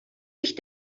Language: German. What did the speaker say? ich